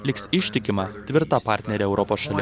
liks ištikima tvirta partnerė europos šalių